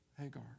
Hagar